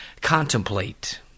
Contemplate